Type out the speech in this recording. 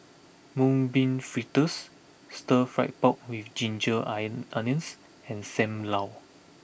Mung Bean Fritters Stir Fry Pork with Ginger Onions and Sam Lau